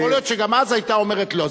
יכול להיות שגם אז היתה אומרת: לא,